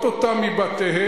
הוא נותן לכולם לדבר,